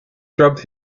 dropped